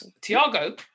Tiago